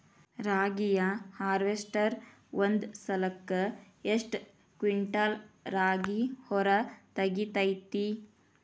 ರಾಗಿಯ ಹಾರ್ವೇಸ್ಟರ್ ಒಂದ್ ಸಲಕ್ಕ ಎಷ್ಟ್ ಕ್ವಿಂಟಾಲ್ ರಾಗಿ ಹೊರ ತೆಗಿತೈತಿ?